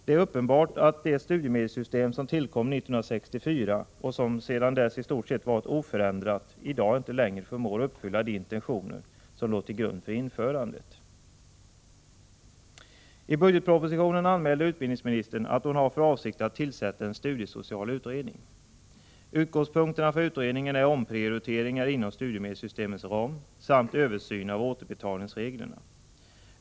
Det är uppenbart att det studiemedelssystem som tillkom 1964 och sedan dess i stort sett varit oförändrat i dag inte längre förmår uppfylla de intentioner som låg till grund för införandet. I budgetpropositionen anmälde utbildningsministern att hon har för avsikt att tillsätta en studiesocial utredning. Utgångspunkterna för utredningen är omprioriteringar inom studiemedelssystemets ram samt översyn av återbetalningsreglerna.